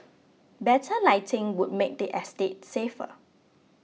better lighting would make the estate safer